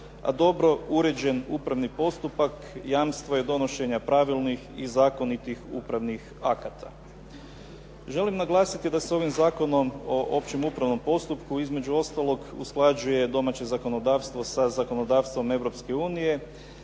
a dobro uređen upravni postupak, jamstvo je donošenja pravilnik i zakonitih upravnih akata. Želim naglasiti da se ovim Zakonom o općem upravno postupku između ostaloga usklađuje domaće zakonodavstvo sa zakonodavstvom